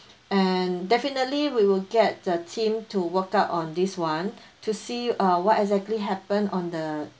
and definitely we will get the team to work out on this one to see uh what exactly happened on the